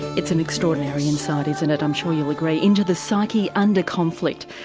it's an extraordinary insight isn't it, i'm sure you'll agree, into the psyche under conflict.